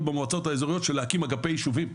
במועצות האזוריות של להקים אגפי יישובים.